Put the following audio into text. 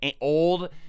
old